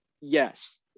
yes